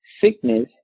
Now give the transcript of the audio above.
sickness